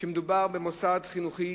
שמדובר במוסד חינוכי